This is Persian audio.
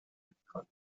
میکند